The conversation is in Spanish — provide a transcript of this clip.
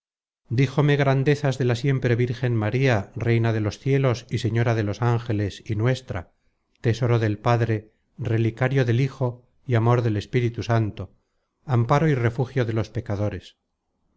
iglesia díjome grandezas de la siempre virgen maría reina de los cielos y señora de los ángeles y nuestra tesoro del padre relicario del hijo y amor del espíritu santo amparo y refugio de los pecadores